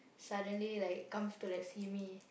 suddenly like comes to like see me